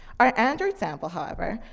our android sample, however,